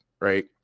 right